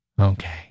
Okay